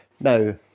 Now